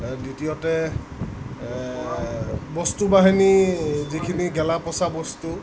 দ্বিতীয়তে বস্তু বাহিনী যিখিনি গেলা পঁচা বস্তু